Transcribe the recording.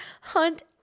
Hunt